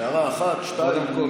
הערה אחת, שתיים.